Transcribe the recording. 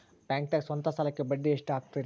ಬ್ಯಾಂಕ್ದಾಗ ಸ್ವಂತ ಸಾಲಕ್ಕೆ ಬಡ್ಡಿ ಎಷ್ಟ್ ಹಕ್ತಾರಿ?